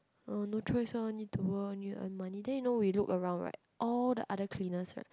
uh no choice lah need to work need earn money then you know we look around like all the other cleaners right